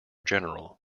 general